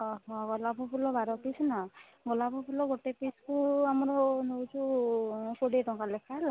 ଅହ ଗୋଲାପ ଫୁଲ ବାର ପିସ୍ ନା ଗୋଲାପ ଫୁଲ ଗୋଟେ ପିସ୍କୁ ଆମର ନେଉଛୁ କୋଡ଼ିଏ ଟଙ୍କା ଲେଖାଁ ହେଲା